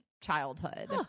childhood